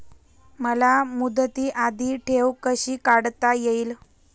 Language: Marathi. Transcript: मला मुदती आधी ठेव कशी काढता येईल?